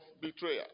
betrayal